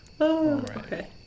okay